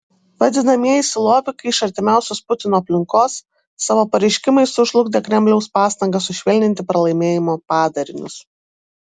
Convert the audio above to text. vadinamieji silovikai iš artimiausios putino aplinkos savo pareiškimais sužlugdė kremliaus pastangas sušvelninti pralaimėjimo padarinius